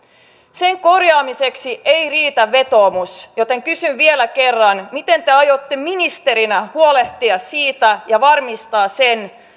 sen korjaamiseksi ei riitä vetoomus joten kysyn vielä kerran miten te aiotte ministerinä huolehtia siitä ja varmistaa sen